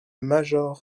major